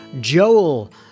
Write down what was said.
Joel